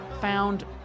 found